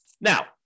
Now